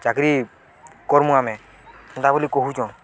ଚାକିରି କର୍ମା ଆମେ ହେନ୍ତା ବୋଲି କହୁଛନ୍